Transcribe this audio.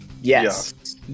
Yes